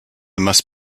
must